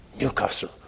Newcastle